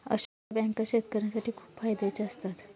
अशा बँका शेतकऱ्यांसाठी खूप फायद्याच्या असतात